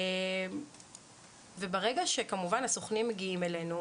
ברגע שהסוכנים מגיעים אלינו,